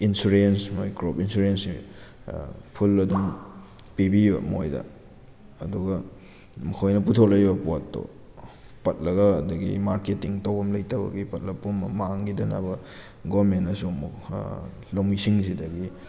insurance ꯃꯣꯏ crop ꯏꯟꯁꯨꯔꯦꯟꯁꯁꯦ ꯐꯨꯜ ꯑꯗꯨꯝ ꯄꯤꯕꯤꯕ ꯃꯣꯏꯗ ꯑꯗꯨꯒ ꯃꯈꯣꯏꯅ ꯄꯨꯊꯣꯛꯂꯛꯏꯕ ꯄꯣꯠꯇꯣ ꯄꯠꯂꯒ ꯑꯗꯒꯤ ꯃꯥꯔꯀꯦꯇꯤꯡ ꯇꯧꯐꯝ ꯂꯩꯇꯕꯒꯤ ꯄꯠꯂ ꯄꯨꯝꯃ ꯃꯥꯡꯈꯤꯗꯅꯕ ꯒꯣꯔꯃꯦꯟꯅꯁꯨ ꯂꯧꯃꯤꯁꯤꯡꯁꯤꯗꯒꯤ